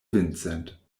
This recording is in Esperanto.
vincent